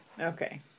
Okay